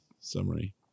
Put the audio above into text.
Summary